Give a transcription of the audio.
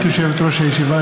ברשות יושבת-ראש הישיבה,